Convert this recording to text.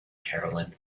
carolyn